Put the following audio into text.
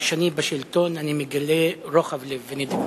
כשאני בשלטון אני מגלה רוחב לב ונדיבות.